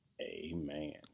amen